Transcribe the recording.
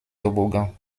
toboggans